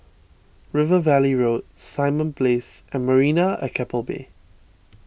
River Valley Road Simon Place and Marina at Keppel Bay